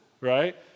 right